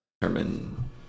Determine